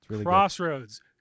Crossroads